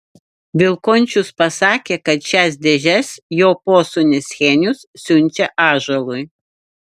vilkončius pasakė kad šias dėžes jo posūnis henius siunčia ąžuolui